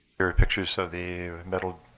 here are pictures of the metal